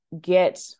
get